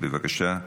בבקשה,